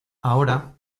ahora